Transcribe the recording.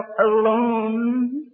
alone